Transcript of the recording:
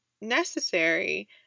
necessary